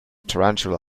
tarantula